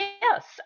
Yes